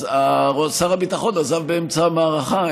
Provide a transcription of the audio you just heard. אז שר הביטחון עזב באמצע המערכה.